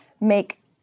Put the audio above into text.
make